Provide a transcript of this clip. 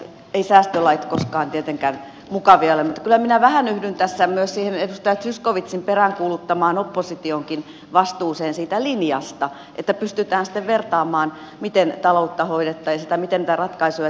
eivät säästölait koskaan tietenkään mukavia ole mutta kyllä minä vähän yhdyn tässä myös siihen edustaja zyskowiczin peräänkuuluttamaan oppositionkin vastuuseen siitä linjasta että pystytään sitten vertaamaan miten taloutta hoidettaisiin tai miten niitä ratkaisuja tehtäisiin